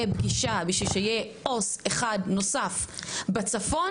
פגישה בשביל שיהיה עו״ס נוסף אחד בצפון